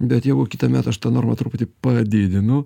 bet jeigu kitąmet aš tą normą truputį padidinu